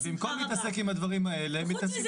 אז במקום להתעסק עם הדברים האלה הם מתעסקים בפרוצדורה.